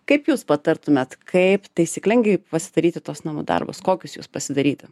kaip jūs patartumėt kaip taisyklingai pasidaryti tuos namų darbus kokius juos pasidaryt